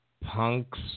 punks